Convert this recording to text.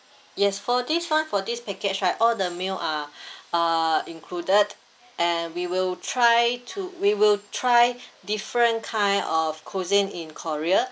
yes for this one for this package right all the meal are uh included and we will try to we will try different kind of cuisine in korea